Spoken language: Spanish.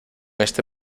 este